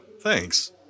Thanks